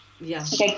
Yes